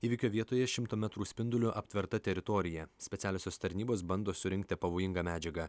įvykio vietoje šimto metrų spinduliu aptverta teritorija specialiosios tarnybos bando surinkti pavojingą medžiagą